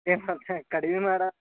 ಕಡ್ಮೆ ಮಾಡಿ